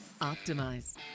optimize